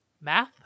Math